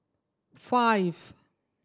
five